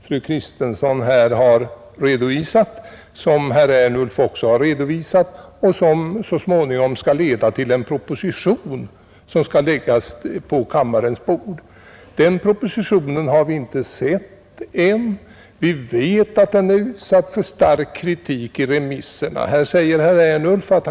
Den promemorian har nu fru Kristensson och herr Ernulf här redovisat, och den skall leda till en proposition, som så småningom kommer att läggas på riksdagens bord. Men den propositionen har vi ju inte sett än. Vi vet bara att promemorian har utsatts för stark kritik under remissbehandlingen.